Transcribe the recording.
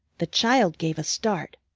the child gave a start.